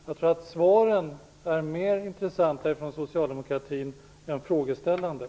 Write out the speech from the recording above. Jag tror att svaren från socialdemokraterna är mer intressanta än frågeställandet.